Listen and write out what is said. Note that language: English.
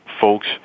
folks